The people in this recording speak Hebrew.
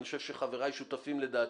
ואני חושב שחבריי שותפים לדעתי,